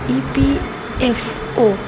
E P F O